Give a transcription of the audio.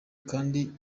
kandi